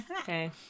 Okay